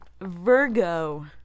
Virgo